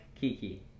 Kiki